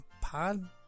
Pod